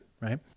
right